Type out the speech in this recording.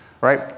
right